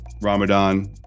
Ramadan